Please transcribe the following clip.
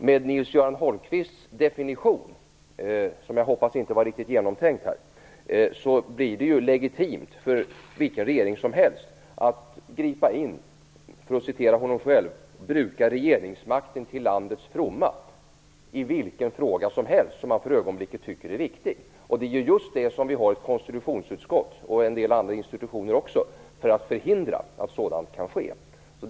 Med Nils-Göran Holmqvist definition, som jag hoppas inte var riktigt genomtänkt, blir det legitimt för vilken regering som helst att gripa in och, för att citera honom själv, "bruka regeringsmakten till landets fromma" i vilken fråga som helst som man för ögonblicket tycker är viktig. Det är just för att förhindra att sådant kan ske som vi har ett konstitutionsutskott och även en del andra institutioner.